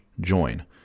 join